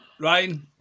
Ryan